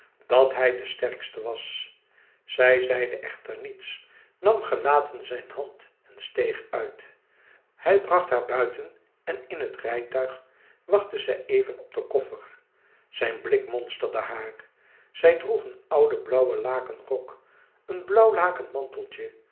dat hij de sterkste was zij zeide echter niets nam gelaten zijn hand en steeg uit hij bracht haar naar buiten en in het rijtuig wachtten zij even op den koffer zijn blik monsterde haar zij droeg een ouden blauw laken rok en een blauw laken